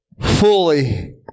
fully